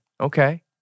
Okay